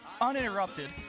uninterrupted